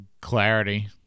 clarity